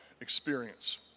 experience